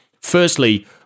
firstly